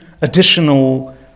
additional